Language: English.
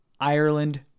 Ireland